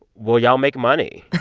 will y'all make money?